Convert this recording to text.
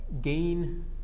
gain